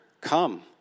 come